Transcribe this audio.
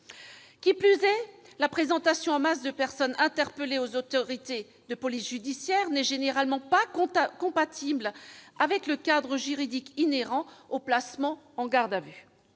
De plus, la présentation en masse de personnes interpellées aux autorités de police judiciaire n'est généralement pas compatible avec le cadre juridique inhérent au placement en garde à vue.